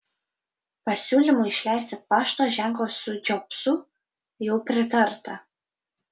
pasiūlymui išleisti pašto ženklą su džobsu jau pritarta